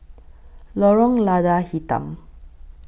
Lorong Lada Hitam